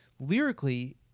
lyrically